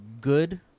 good